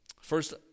First